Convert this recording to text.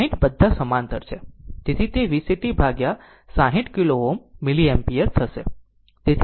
તેથી તે VCt ભાગ્યા 60 કિલો Ω મિલીએમ્પીયર થશે